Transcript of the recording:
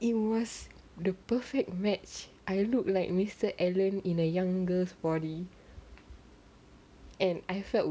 it was the perfect match I look like mister alan in a young girl's body and I felt